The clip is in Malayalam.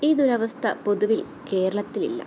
ഈ ദുരാവസ്ഥ പൊതുവിൽ കേരളത്തിലില്ല